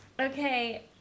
Okay